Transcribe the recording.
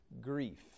grief